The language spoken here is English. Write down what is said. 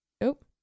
nope